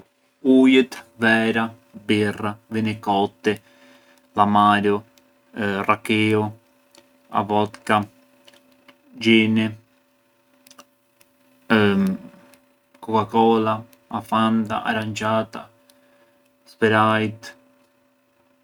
Uët, vera, birra, vinikoti, l’amaru, rakiu, a vodka, xhini, koka kola, a fanta, arançata, sprite.